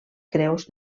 creus